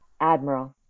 Admiral